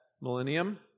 millennium